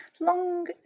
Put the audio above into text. long